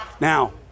Now